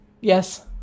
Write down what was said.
Yes